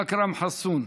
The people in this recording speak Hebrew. אכרם חסון.